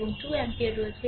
এবং 2 অ্যাম্পিয়ার রয়েছে